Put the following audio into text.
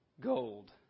Gold